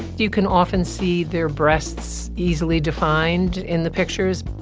you can often see their breasts easily defined in the pictures.